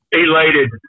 elated